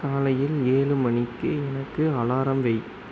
காலையில் ஏழு மணிக்கு எனக்கு அலாரம் வை